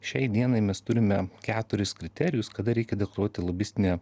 šiai dienai mes turime keturis kriterijus kada reikia deklaruoti lobistinę